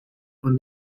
und